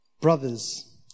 brothers